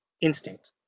instinct